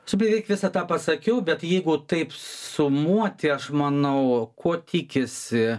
su beveik visą tą pasakiau bet jeigu taip sumuoti aš manau ko tikisi